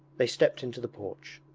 they stepped into the porch.